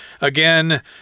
again